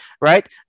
right